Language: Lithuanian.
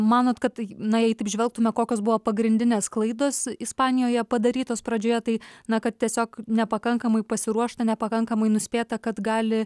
manot kad tai na jei taip žvelgtume kokios buvo pagrindinės klaidos ispanijoje padarytos pradžioje tai na kad tiesiog nepakankamai pasiruošta nepakankamai nuspėta kad gali